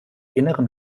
inneren